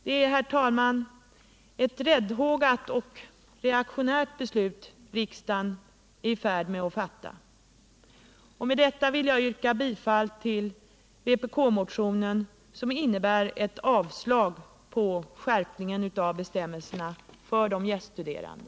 Det är ett räddhågat och reaktionärt beslut riksdagen är i färd med att fatta! Med detta vill jag yrka bifall till vbk-motionen, som innebär ett avslag på skärpning av bestämmelserna för de gäststuderande.